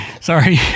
Sorry